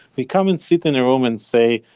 we come and sit in a room and say,